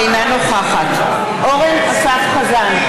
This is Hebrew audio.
אינה נוכחת אורן אסף חזן,